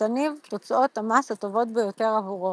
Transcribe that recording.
שתניב את תוצאות המס הטובות ביותר עבורו.